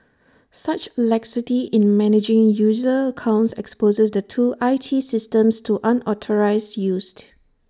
such laxity in managing user accounts exposes the two I T systems to unauthorised used